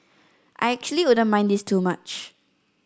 I actually wouldn't mind this too much